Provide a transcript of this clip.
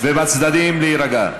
ובצדדים, להירגע.